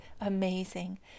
amazing